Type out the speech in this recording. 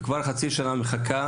וכבר חצי שנה היא מחכה